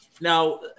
now